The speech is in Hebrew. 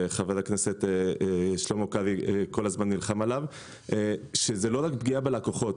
משהו שחבר הכנסת שלמה קרעי כל הזמן נלחם עליו - זה לא רק פגיעה בלקוחות.